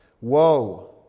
Woe